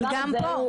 אבל גם פה.